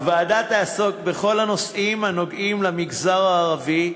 הוועדה תעסוק בכל הנושאים הנוגעים למגזר הערבי,